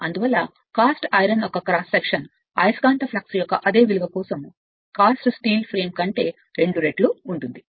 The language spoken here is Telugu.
అందువల్ల తారాగణం ఇనుప చట్రం యొక్క క్రాస్ సెక్షన్ అయస్కాంత ప్రవాహం యొక్క అదే విలువ కోసం కాస్ట్ స్టీల్ చట్రం కంటే రెండు రెట్లు ఉంటుంది